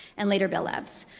and, later, bell labs.